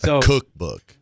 Cookbook